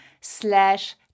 slash